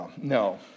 No